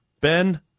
Ben